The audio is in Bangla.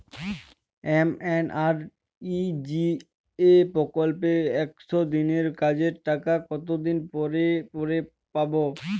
এম.এন.আর.ই.জি.এ প্রকল্পে একশ দিনের কাজের টাকা কতদিন পরে পরে পাব?